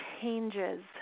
changes